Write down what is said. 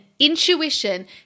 Intuition